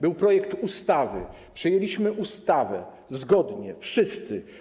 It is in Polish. Był projekt ustawy, przyjęliśmy ustawę zgodnie, wszyscy.